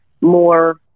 more